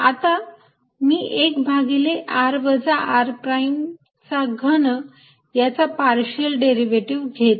आता मी 1 भागिले r वजा r चा घन याचा पार्शियल डेरिव्हेटिव्ह घेत आहे